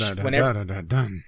whenever